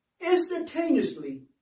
instantaneously